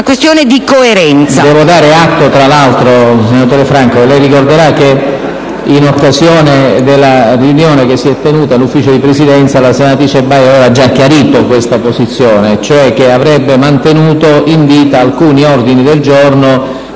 "Il link apre una nuova finestra"). Tra l'altro, senatore Franco, lei ricorderà che in occasione della riunione che si è tenuta nel Consiglio di Presidenza, la senatrice Baio aveva già chiarito questa posizione, cioè che avrebbe mantenuto in vita alcuni ordini del giorno